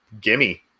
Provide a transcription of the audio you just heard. Gimme